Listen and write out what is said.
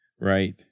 Right